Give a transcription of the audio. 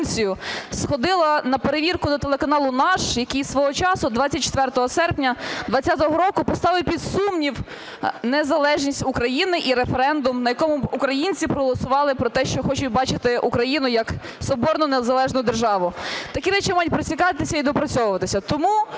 сходила на перевірку до телеканалу "Наш", який свого часу 24 серпня 20-го року поставив під сумнів незалежність України і референдум, на якому українці проголосували про те, що хочуть бачити Україну як соборну незалежну державу. Такі речі мають присікатися і допрацьовуватися. Тому